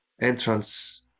entrance